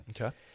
Okay